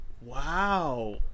Wow